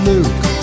Luke